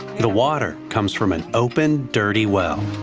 the water comes from an open dirty well.